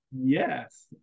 Yes